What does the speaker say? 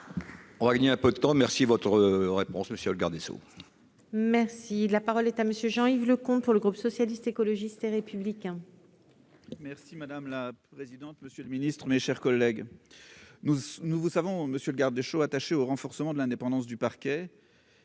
On va gagner un peu de temps, merci votre réponse, monsieur le garde des Sceaux. Merci. Si la parole est à monsieur Jean Yves Le compte pour le groupe socialiste, écologiste et républicain. Merci madame la présidente, monsieur le Ministre, mes chers collègues, nous nous vous savons monsieur le garde des shows attaché au renforcement de l'indépendance du parquet